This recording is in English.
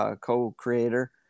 co-creator